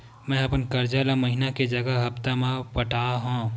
मेंहा अपन कर्जा ला महीना के जगह हप्ता मा पटात हव